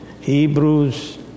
Hebrews